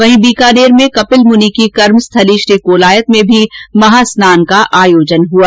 वहीं बीकानेर में कपिल मुनि की कर्म स्थली श्री कोलायत में भी महा स्नान का आयोजन हुआ